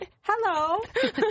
hello